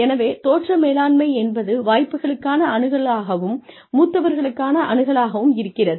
எனவே தோற்ற மேலாண்மை என்பது வாய்ப்புகளுக்கான அணுகலாகலாகவும் மூத்தவர்களுக்கான அணுகலாகவும் இருக்கிறது